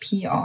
PR